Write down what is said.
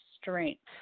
strength